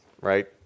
Right